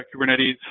kubernetes